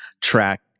track